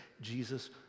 Jesus